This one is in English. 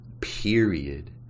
period